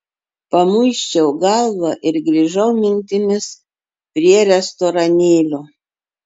pamuisčiau galvą ir grįžau mintimis prie restoranėlio